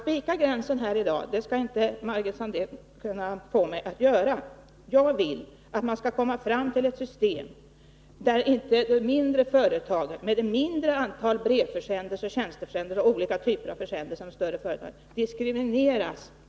Herr talman! Margit Sandéhn skall inte få mig att här i dag spika den gränsen. Jag vill att man skall komma fram till ett system där inte de mindre företagen med ett mindre antal försändelser än större företag på längre sikt diskrimineras.